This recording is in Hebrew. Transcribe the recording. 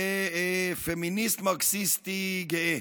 כפמיניסט מרקסיסטי גאה,